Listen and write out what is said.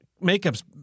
makeup's